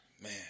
Man